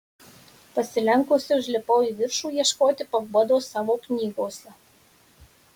pasilenkusi užlipau į viršų ieškoti paguodos savo knygose